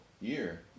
year